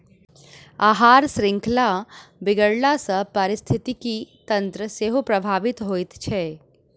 आहार शृंखला बिगड़ला सॅ पारिस्थितिकी तंत्र सेहो प्रभावित होइत छै